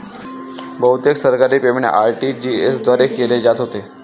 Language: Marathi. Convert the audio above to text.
बहुतेक सरकारी पेमेंट आर.टी.जी.एस द्वारे केले जात होते